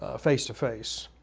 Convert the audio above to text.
ah face to face.